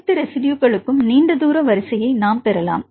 அனைத்து ரெஸிட்யுகளுக்கும் நீண்ட தூர வரிசையை நாம் பெறலாம்